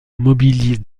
mobilise